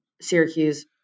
Syracuse